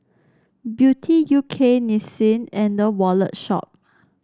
Beauty U K Nissin and The Wallet Shop